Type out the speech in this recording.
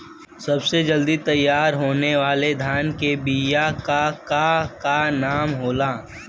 सबसे जल्दी तैयार होने वाला धान के बिया का का नाम होखेला?